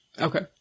Okay